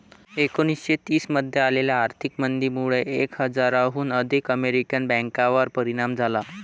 एकोणीसशे तीस मध्ये आलेल्या आर्थिक मंदीमुळे एक हजाराहून अधिक अमेरिकन बँकांवर परिणाम झाला